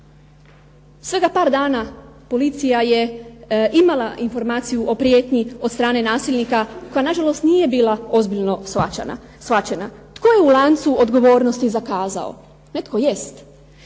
Svega par dana policija je imala informaciju o prijetnji od strane nasilnika pa na žalost nije bila ozbiljno shvaćana, tko je u lancu odgovornosti zakazao netko jest.